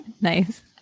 Nice